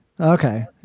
okay